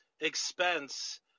expense